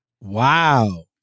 Wow